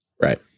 Right